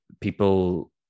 people